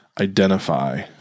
identify